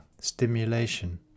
Stimulation